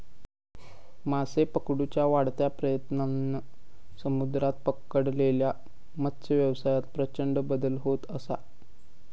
मासे पकडुच्या वाढत्या प्रयत्नांन समुद्रात पकडलेल्या मत्सव्यवसायात प्रचंड बदल होत असा